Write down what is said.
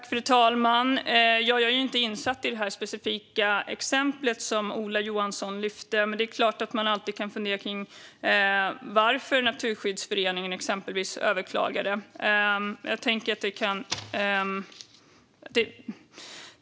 Fru talman! Jag är inte insatt i det specifika exempel som Ola Johansson lyfte upp, men det är klart att man alltid kan fundera kring varför exempelvis Naturskyddsföreningen överklagar.